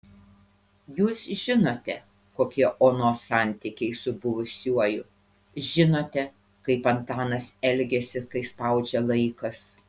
jūs žinote kokie onos santykiai su buvusiuoju žinote kaip antanas elgiasi kai spaudžia laikas